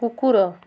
କୁକୁର